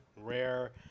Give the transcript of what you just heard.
rare